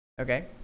okay